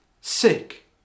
sick